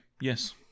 yes